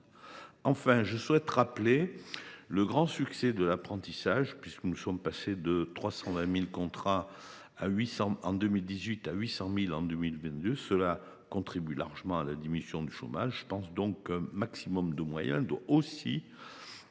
Enfin, je souhaite rappeler le grand succès de l’apprentissage, puisque nous sommes passés de 320 000 contrats en 2018 à 800 000 en 2022, ce qui contribue grandement à la diminution du chômage. Il me semble donc qu’un maximum de moyens doit aussi